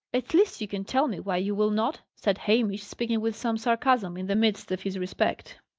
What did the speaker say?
at least you can tell me why you will not? said hamish, speaking with some sarcasm, in the midst of his respect.